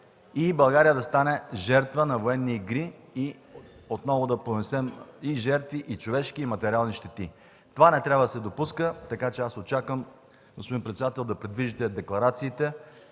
България да стане жертва на военни игри и отново да понесем и човешки жертви, и материални щети. Това не трябва да се допуска. Така че аз очаквам, господин председател, да придвижите декларациите,